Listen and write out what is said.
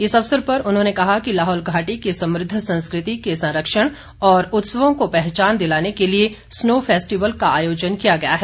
इस अवसर पर उन्होंने कहा कि लाहौल घाटी की समृद्ध संस्कृति के संरक्षण और उत्सवों को पहचान दिलाने के लिए स्नो फैस्टिवल का आयोजन किया गया है